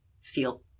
feel